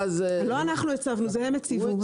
זה לא אנחנו הצבנו, זה הם הציבו.